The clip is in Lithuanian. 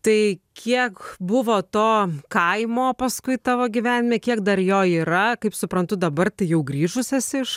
tai kiek buvo to kaimo paskui tavo gyvenime kiek dar jo yra kaip suprantu dabar tai jau grįžus esi iš